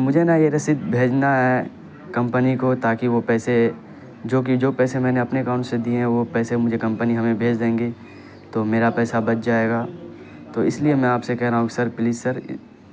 مجھے نا یہ رسید بھیجنا ہے کمپنی کو تاکہ وہ پیسے جو کہ جو پیسے میں نے اپنے اکاؤنٹ سے دیے ہیں وہ پیسے مجھے کمپنی ہمیں بھیج دیں گی تو میرا پیسہ بچ جائے گا تو اس لیے میں آپ سے کہہ رہا ہوں سر پلیز سر